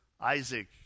Isaac